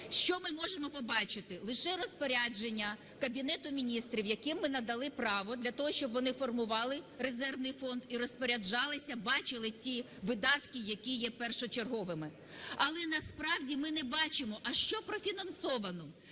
Що ми можемо побачити? Лише розпорядження Кабінету Міністрів, яким ми надали право для того, щоб вони формували резервний фонд і розпоряджалися, бачили ті видатки, які є першочерговими. Але насправді ми не бачимо, а що профінансовано,